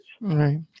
Right